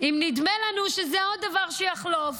אם נדמה לנו שזה עוד דבר שיחלוף,